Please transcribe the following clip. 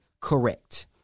correct